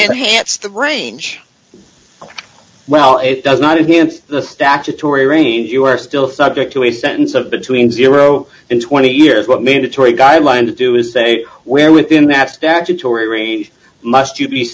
enhance the range well it does not enhance the statutory range you are still subject to a sentence of between zero and twenty years what mandatory guideline to do is say where within that statutory must you be